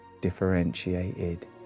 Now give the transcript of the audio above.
differentiated